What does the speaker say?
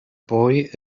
boy